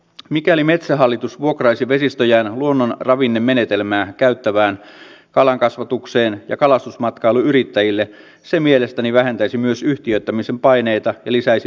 mikäli metsähallitus vuokraisi vesistöjään luonnonravinnemenetelmää käyttävään kalankasvatukseen ja kalastusmatkailuyrittäjille se mielestäni vähentäisi myös yhtiöittämisen paineita ja lisäisi tuottoja